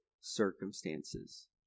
circumstances